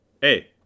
Hey